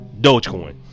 Dogecoin